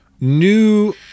new